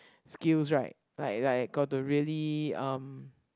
skills right but like like got to really um